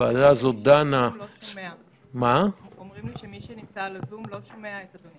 דנו בנושא הזה מספר פעמים, שמונה דיונים